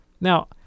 Now